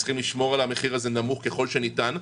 צריך לשמור על המחיר נמוך ככל שניתן,